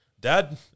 Dad